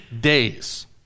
days